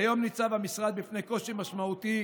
כיום ניצב המשרד בפני קושי משמעותי